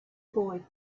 boy